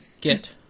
get